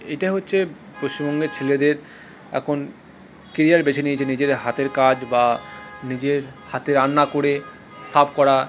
এইটা হচ্ছে পশ্চিমবঙ্গের ছেলেদের এখন কেরিয়ার বেছে নিয়েছে নিজের হাতের কাজ বা নিজের হাতে রান্না করে সারভ করা